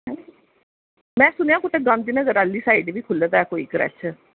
में सुनेआं कोई गांधीनगर आह्ली साईड बी खुल्ले दा क्रच